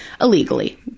Illegally